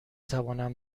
توانم